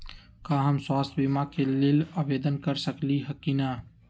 का हम स्वास्थ्य बीमा के लेल आवेदन कर सकली ह की न?